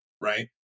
right